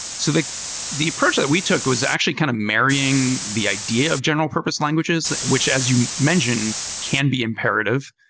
so the the approach that we took was actually kind of marrying the idea of general-purpose languages, which as you mentioned can be imperative.